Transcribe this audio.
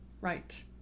right